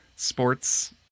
Sports